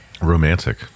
Romantic